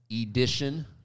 edition